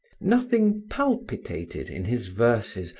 nothing palpitated in his verses,